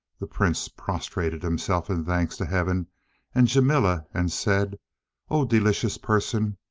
the prince prostrated himself in thanks to heaven and jamila, and said o delicious person!